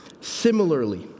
Similarly